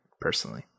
personally